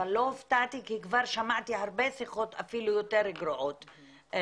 אבל לא הופתעתי כי כבר שמעתי הרבה שיחות אפילו יותר גרועות עם שוטרים,